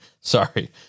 sorry